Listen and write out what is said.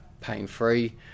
pain-free